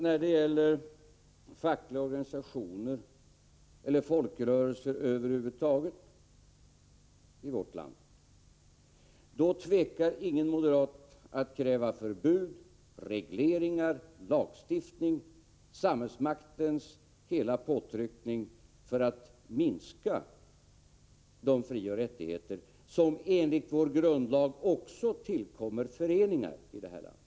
När det gäller fackliga organisationer eller folkrörelser över huvud taget i vårt land, då tvekar nämligen ingen moderat att kräva förbud, regleringar, lagstiftning och samhällsmaktens hela påtryckning för att minska de frioch rättigheter som enligt vår grundlag tillkommer också föreningar i det här landet.